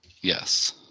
Yes